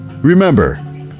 Remember